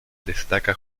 destaca